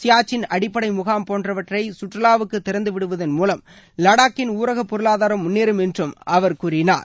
சியாச்சின் அடிப்படை முகாம் போன்றவற்றை சுற்றுவாவுக்கு திறந்துவிடுவதன் மூவம் லடாக்கின் ஊரகப் பொருளாதாரம் முன்னேறும் என்றும் அவர் கூறினார்